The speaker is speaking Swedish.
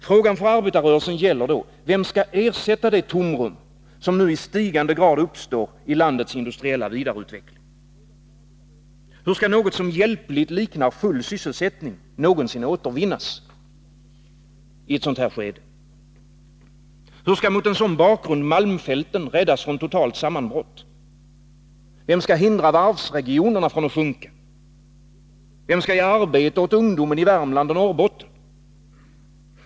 Frågan för arbetarrörelsen gäller då: Vem skall ersätta det tomrum som nu i stigande grad uppstår i landets industriella vidareutveckling? Hur skall något som hjälpligt liknar full sysselsättning någonsin återvinnas i ett sådant här skede? Hur skall mot en sådan bakgrund malmfälten räddas från totalt sammanbrott? Vem skall hindra varvsregionerna från att sjunka? Vem skall ge arbete åt ungdomen i Värmland och Norrbotten?